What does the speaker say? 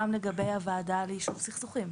גם לגבי הוועדה ליישוב סכסוכים.